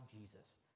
Jesus